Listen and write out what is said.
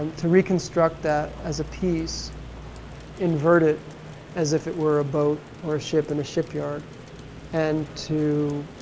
to reconstruct that as a piece inverted as if it were a boat or a ship in a shipyard and to